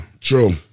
True